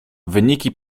wyniki